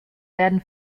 werden